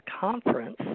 Conference